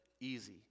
Easy